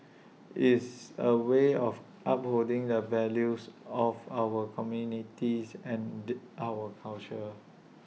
is A way of upholding the values of our communities and our culture